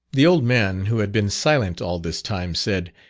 the old man who had been silent all this time, said,